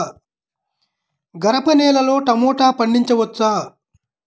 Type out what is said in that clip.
గరపనేలలో టమాటా పండించవచ్చా?